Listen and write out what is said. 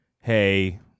Hey